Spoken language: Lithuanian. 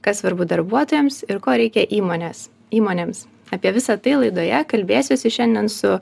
kas svarbu darbuotojams ir ko reikia įmonės įmonėms apie visa tai laidoje kalbėsiuosi šiandien su